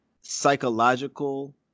psychological